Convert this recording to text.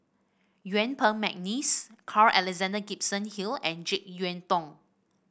Yuen Peng McNeice Carl Alexander Gibson Hill and JeK Yeun Thong